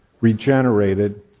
regenerated